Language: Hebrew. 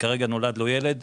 וכרגע נולד לו ילד,